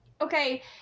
Okay